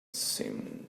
seemed